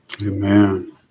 Amen